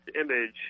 image